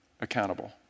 accountable